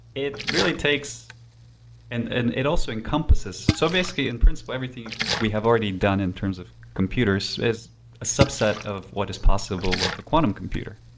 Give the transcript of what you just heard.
it really takes and and it it also encompasses so basically in principle, everything we have already done in terms of computers is a subset of what is possible with a quantum computer,